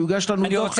שיוגש לנו דוח כזה.